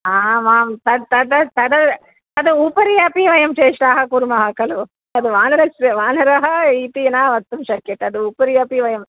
आम् आं तत् तद् तद् तद् उपरि अपि वयं चेष्टाः कुर्मः खलु तद् वानरस्य वानरः इति न वक्तुं शक्यते तद् उपरि अपि वयं